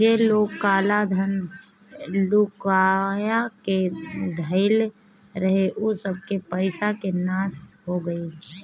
जे लोग काला धन लुकुआ के धइले रहे उ सबके पईसा के नाश हो गईल